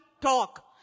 talk